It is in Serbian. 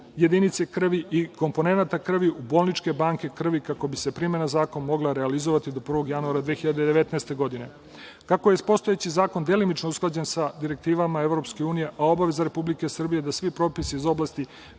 jedinice krvi i komponenata krvi, bolničke banke krvi, kako bi se primena zakona mogla realizovati do 1. januara 2019. godine. Kako je već postojeći zakon delimično usklađen sa direktivama EU, a obaveza Republike Srbije je da svi propisi iz oblasti